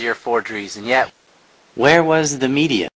ur forgeries and yet where was the media